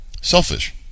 selfish